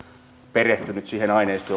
perehtynyt siihen aineistoon